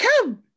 come